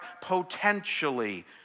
potentially